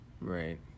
Right